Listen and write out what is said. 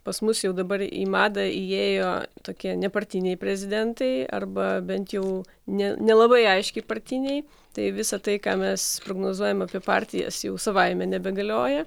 pas mus jau dabar į madą įėjo tokie nepartiniai prezidentai arba bent jau ne nelabai aiškiai partiniai tai visa tai ką mes prognozuojam apie partijas jau savaime nebegalioja